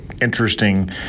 interesting